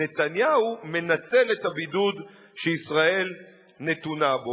נתניהו מנצל את הבידוד שישראל נתונה בו.